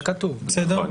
נכון.